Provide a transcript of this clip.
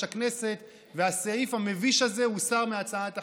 הכנסת והסעיף המביש הזה הוסר מהצעת החוק.